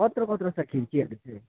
कत्रो कत्रो छ खिड्कीहरू चाहिँ